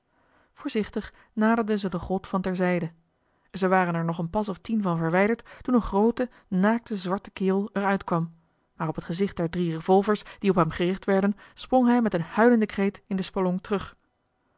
voorzichtig naderden ze de grot van ter zijde ze waren er nog een pas of tien van verwijderd toen een groote naakte zwarte kerel er uit kwam maar op het gezicht der drie revolvers die op hem gericht werden sprong hij met een huilenden kreet in de spelonk terug